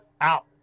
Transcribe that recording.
Out